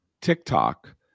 TikTok